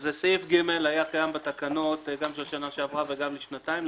אז סעיף (ג) היה קיים בתקנות גם של שנה שעברה וגם של לפני שנתיים,